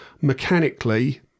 mechanically